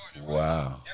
Wow